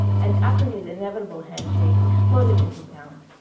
and, after his inevitable hand shake, exploded into sound.